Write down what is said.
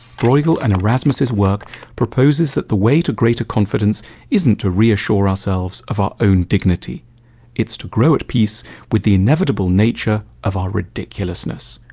brueghel's and erasmus's work proposes that the way to greater confidence isn't to reassure ourselves of our own dignity it's to grow at peace with the inevitable nature of our ridiculousness.